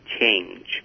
change